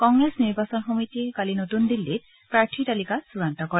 কংগ্ৰেছ নিৰ্বাচন সমিতিয়ে কালি নতুন দিল্লীত প্ৰাৰ্থীৰ তালিকা চডান্ত কৰে